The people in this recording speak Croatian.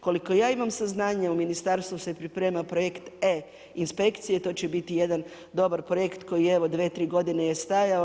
Koliko ja imam saznanja u ministarstvu se priprema projekt e inspekcije, to će biti jedan dobar projekt koji evo dvije, tri godine je stajao.